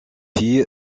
fille